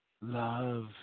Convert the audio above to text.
Love